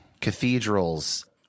Cathedrals